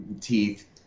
teeth